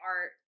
art